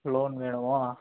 loan வேணுமா